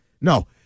No